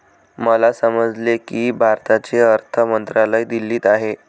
मला समजले की भारताचे अर्थ मंत्रालय दिल्लीत आहे